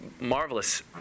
marvelous